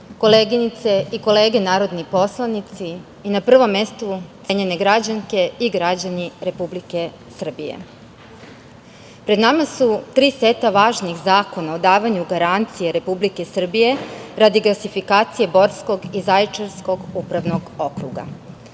koleginice i kolege narodni poslanici, na prvom mestu cenjene građanke i građani Republike Srbije, pred nama su tri seta važnih zakona o davanju garancije Republike Srbije radi gasifikacije Borskog i Zaječarskog upravnog okruga.